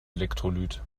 elektrolyt